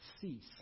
cease